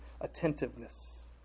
attentiveness